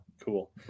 cool